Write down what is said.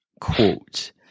quote